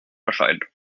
erscheint